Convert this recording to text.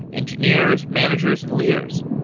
engineers, managers and leaders.